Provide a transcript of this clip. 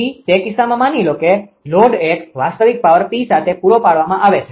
તેથી તે કિસ્સામાં માની લો કે લોડ એક વાસ્તવિક પાવર P સાથે પૂરો પાડવામાં આવે છે